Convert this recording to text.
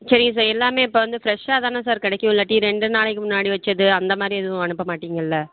சரிங்க சார் எல்லாமே இப்போ வந்து ஃப்ரெஷ்ஷாக தானே சார் கிடைக்கும் இல்லாட்டி ரெண்டு நாளைக்கு முன்னாடி வைச்சது அந்த மாதிரி எதுவும் அனுப்ப மாட்டீங்கள்ல